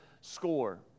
score